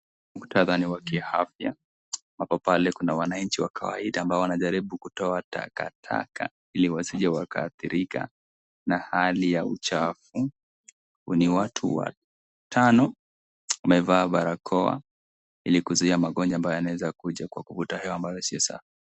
Mkutadha ni wa kiafya ambapo pale kuna wanachi wa kawaida wanajaribu kutoa takataka iliwasije wakaa adhirika na hali ya uchafu ni watu wa tano wamevaa barakoa ilikuzuia magonjwa ambayo yanaweza kuja kwa kukutana madai ambayo sio safi.